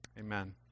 Amen